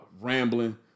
rambling